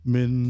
Men